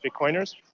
Bitcoiners